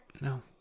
No